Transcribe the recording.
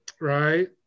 right